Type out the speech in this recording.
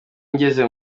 ngeze